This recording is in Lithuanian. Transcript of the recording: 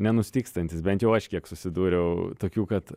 nenustygstantys bent jau aš kiek susidūriau tokių kad